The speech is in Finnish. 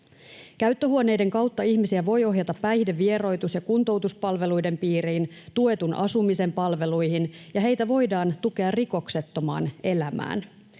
Käyttöhuoneiden kautta ihmisiä voi ohjata päihdevieroitus- ja kuntoutuspalveluiden piiriin, tuetun asumisen palveluihin, ja heitä voidaan tukea rikoksettomaan elämään.